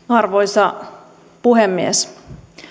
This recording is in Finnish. arvoisa puhemies